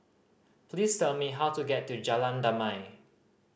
please tell me how to get to Jalan Damai